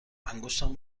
انگشتم